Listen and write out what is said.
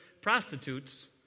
prostitutes